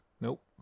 Nope